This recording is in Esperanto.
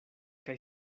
kaj